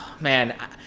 man